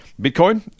Bitcoin